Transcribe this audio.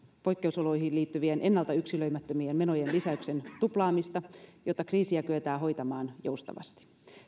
poikkeusoloihin liittyvien ennalta yksilöimättömien menojen lisäyksen tuplaamista jotta kriisiä kyetään hoitamaan joustavasti